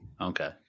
Okay